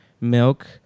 milk